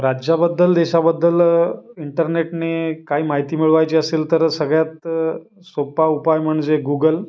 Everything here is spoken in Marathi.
राज्याबद्दल देशाबद्दल इंटर्नेटने काही माहिती मिळवायची असेल तर सगळ्यात सोप्पा उपाय म्हणजे गुगल